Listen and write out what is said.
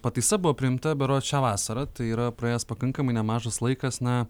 pataisa buvo priimta berods šią vasarą tai yra praėjęs pakankamai nemažas laikas na